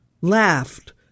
laughed